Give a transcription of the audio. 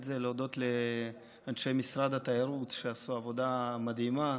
להודות לאנשי משרד התיירות שעשו עבודה מדהימה.